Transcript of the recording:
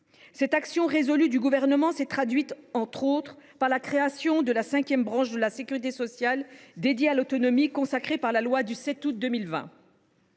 Cette action résolue du Gouvernement s’est traduite entre autres par la création de la cinquième branche de la sécurité sociale, dédiée à l’autonomie, consacrée par la loi du 7 août 2020